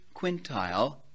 quintile